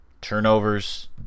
Turnovers